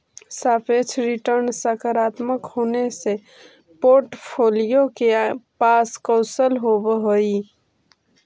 सापेक्ष रिटर्न सकारात्मक होने से पोर्ट्फोलीओ के पास कौशल होवअ हई